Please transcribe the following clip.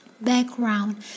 Background